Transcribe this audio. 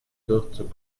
durchzug